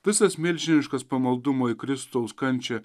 visas milžiniškas pamaldumo į kristaus kančią